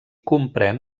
comprèn